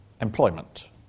employment